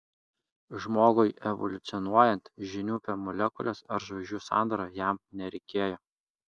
žmogui evoliucionuojant žinių apie molekules ar žvaigždžių sandarą jam nereikėjo